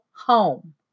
home